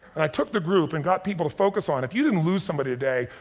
and i took the group and got people to focus on if you didn't lose somebody today,